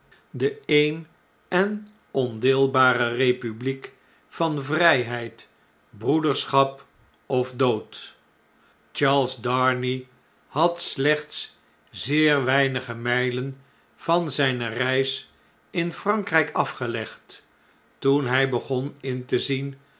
de een en ondeelbare republiek van vrpeid broederschap of dood charles darnay had slechts zeer weinige mglen van zune reis infrankryk afgelegd toen hh begon in te zien